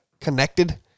connected